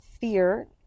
fear